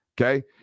okay